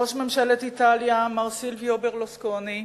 ראש ממשלת איטליה מר סילביו ברלוסקוני,